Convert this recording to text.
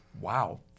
wow